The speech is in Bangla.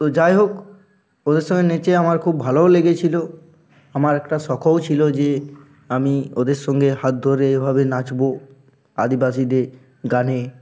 তো যাই হোক ওদের সঙ্গে নেচে আমার খুব ভালোও লেগেছিলো আমার একটা শখও ছিলো যে আমি ওদের সঙ্গে হাত ধরে এভাবে নাচবো আদিবাসীদের গানে